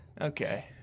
Okay